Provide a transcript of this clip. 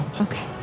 Okay